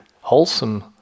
wholesome